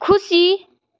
खुसी